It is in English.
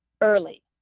early